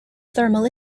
thermal